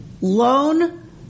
loan